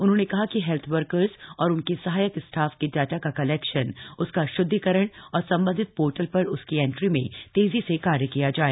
उन्होंने कहा कि हेल्थ वर्कर्स और उनके सहायक स्टाफ के डाटा का कलेक्शन उसका श्द्विकरण और संबंधित पोर्टल पर उसकी एंट्री में तेजी से कार्य किया जाए